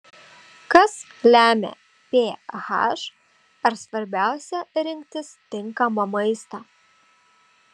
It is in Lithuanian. kas lemia ph ar svarbiausia rinktis tinkamą maistą